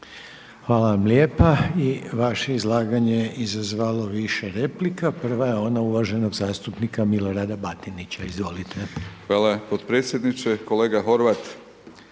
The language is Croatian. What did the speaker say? Hvala lijepa. I vaše izlaganje je izazvalo više replika. Prva je ona uvaženog zastupnika Milorada Batinića. Izvolite. **Batinić, Milorad